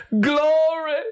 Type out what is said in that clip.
Glory